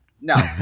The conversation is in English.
No